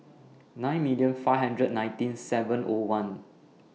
nine million five hundred nineteen seven O one